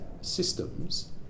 systems